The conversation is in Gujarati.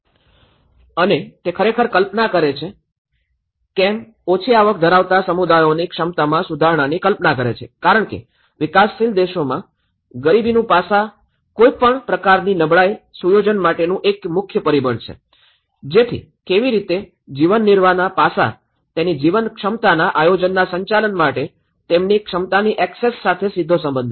અને તે ખરેખર કલ્પના કરે છે CAM ઓછી આવક ધરાવતા સમુદાયોની ક્ષમતામાં સુધારણાની કલ્પના કરે છે કારણ કે વિકાસશીલ દેશોમાં ગરીબીનું પાસા કોઈ પણ પ્રકારની નબળાઈ સુયોજન માટેનું એક મુખ્ય પરિબળ છે જેથી કેવી રીતે જીવનનિર્વાહના પાસા તેની જીવન ક્ષમતાના આયોજનના સંચાલન માટે તેમની ક્ષમતાની એક્સેસ સાથે સીધો સંબંધ છે